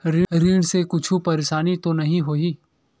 ऋण से कुछु परेशानी तो नहीं होही?